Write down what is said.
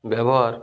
ବ୍ୟବହାର